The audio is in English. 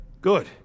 Good